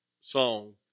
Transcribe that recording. song